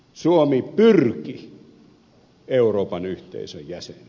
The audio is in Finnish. suomi pyrki euroopan yhteisön jäseneksi